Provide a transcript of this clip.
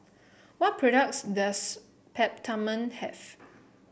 what products does Peptamen have